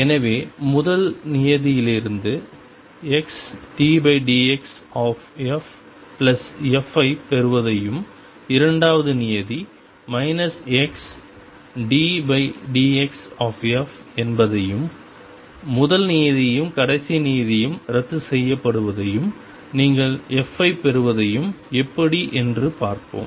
எனவே முதல் நியதியிலிருந்து xddxff ஐப் பெறுவதையும் இரண்டாவது நியதி xddxf என்பதையும் முதல் நியதியும் கடைசி நியதியும் ரத்துசெய்யப்படுவதையும் நீங்கள் f ஐப் பெறுவதையும் எப்படி என்று பார்ப்போம்